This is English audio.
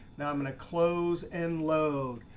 now i'm going to close and load.